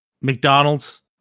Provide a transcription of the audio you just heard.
mcdonald's